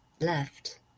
left